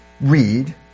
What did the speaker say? read